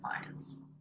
clients